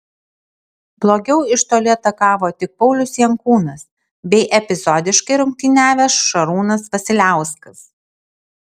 blogiau iš toli atakavo tik paulius jankūnas bei epizodiškai rungtyniavęs šarūnas vasiliauskas